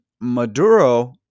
Maduro